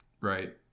Right